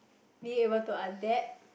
being able to adapt